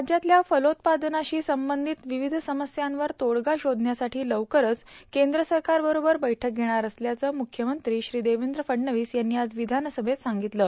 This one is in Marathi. राज्यातल्या फलोत्पादनाशी संबंधित विविध समस्यांवर तोडगा शोधण्यासाठी लवकरचं केंद्र सरकार बरोबर बैठक घेणार असल्याचं मुख्यमंत्री श्री देवेंद्र फडणवीस यांनी आज विधानसभेत सांगितलं